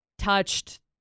touched